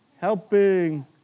Helping